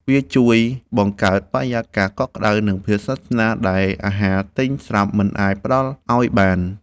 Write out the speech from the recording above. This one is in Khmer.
វាជួយបង្កើតបរិយាកាសកក់ក្ដៅ និងភាពស្និទ្ធស្នាលដែលអាហារទិញស្រាប់មិនអាចផ្ដល់ឱ្យបាន។